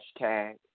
hashtag